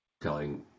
telling